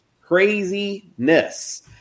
craziness